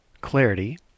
Clarity